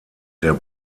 der